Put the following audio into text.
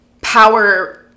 power